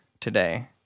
today